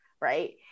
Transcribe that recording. right